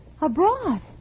Abroad